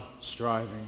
striving